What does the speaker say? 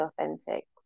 authentic